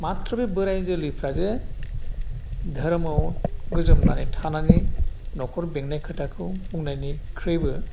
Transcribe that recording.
माथ्र बे बोराइ जोलैफ्रा जे धोरोमाव गोजोमनानै थानानै नखर बेंनाय खोथाखौ बुंनायनिख्रोइबो